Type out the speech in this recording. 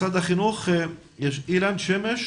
משרד החינוך, אילן שמש.